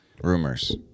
Rumors